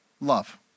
love